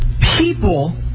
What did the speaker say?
people